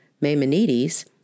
Maimonides